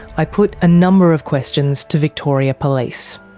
i put a number of questions to victoria police.